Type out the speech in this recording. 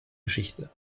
geschichte